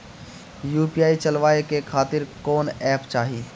UPI चलवाए के खातिर कौन एप चाहीं?